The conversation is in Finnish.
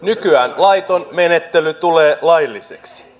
nykyään laiton menettely tulee lailliseksi